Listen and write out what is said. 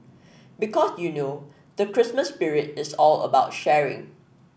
because you know the Christmas spirit is all about sharing